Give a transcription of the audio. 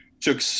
took